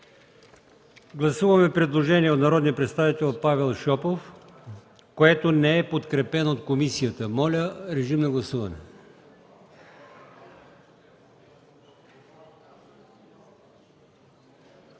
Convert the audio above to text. Гласуваме предложение от народния представител Павел Шопов, което не е подкрепено от комисията. Моля, гласувайте.